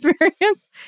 experience